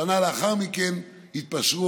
שנה לאחר מכן התפשרו,